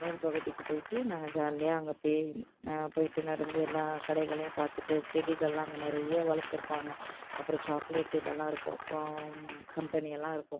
மேல்பகுதிக்கு போய்விட்டு நாங்கள் ஜாலியாக அங்கே போய் போய்விட்டு நடந்து எல்லா கடைகளையும் பார்த்துட்டு செடிகள்லாம் அங்கே நிறைய வளர்த்துருப்பாங்க அப்புறம் சாக்லேட்டு இதெல்லாம் இருக்கும் கம்பெனியெல்லாம் இருக்கும்